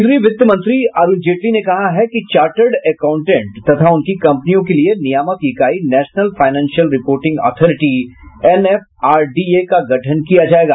केन्द्रीय वित्त मंत्री अरूण जेटली ने कहा है कि चार्टर्ड अकाउंटेंट तथा उनकी कंपनियों के लिए नियामक इकाई national financial reporting authority NFRDA का गठन किया जायेगा